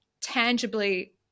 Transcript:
tangibly